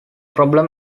problem